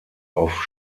auf